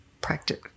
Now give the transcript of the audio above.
practice